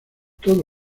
todo